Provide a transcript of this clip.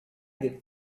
get